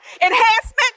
enhancement